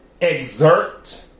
exert